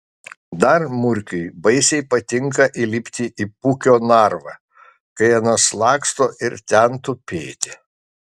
dar murkiui baisiai patinka įlipti į puikio narvą kai anas laksto ir ten tupėti